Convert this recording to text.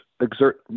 exert